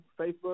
Facebook